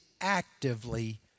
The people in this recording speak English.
actively